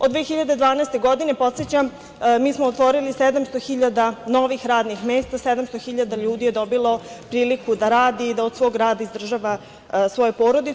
Od 2012. godine, podsećam, mi smo otvorili 700 hiljada novih radnih mesta, 700 hiljada ljudi je dobilo priliku da radi i da od svog rada izdržava svoje porodice.